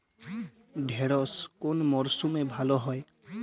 ঢেঁড়শ কোন মরশুমে ভালো হয়?